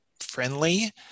friendly